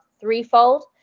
threefold